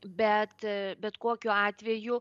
bet bet kokiu atveju